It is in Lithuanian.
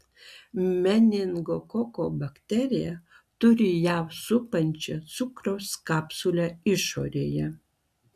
meningokoko bakterija turi ją supančią cukraus kapsulę išorėje